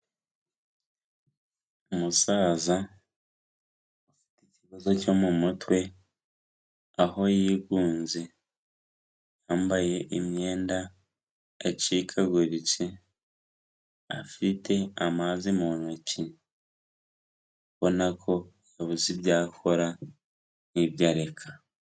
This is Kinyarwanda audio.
Umusaza afite ikibazo cyo mu mutwe, aho yigunze. Yambaye imyenda yacikaguritse, afite amazi mu ntoki. Ubona ko abuze ibyo akora n'ibyo areka.